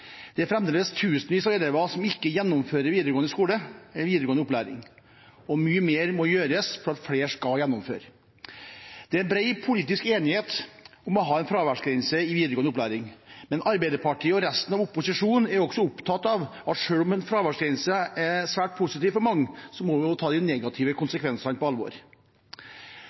Det er fremdeles tusenvis av elever som ikke gjennomfører videregående skole eller videregående opplæring. Mye mer må gjøres for at flere skal gjennomføre. Det er bred politisk enighet om å ha en fraværsgrense i videregående opplæring, men Arbeiderpartiet og resten av opposisjonen er også opptatt av at selv om en fraværsgrense er svært positivt for mange, må man også ta de negative konsekvensene på alvor.